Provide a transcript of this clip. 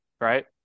right